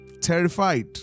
terrified